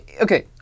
Okay